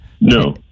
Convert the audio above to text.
no